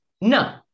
no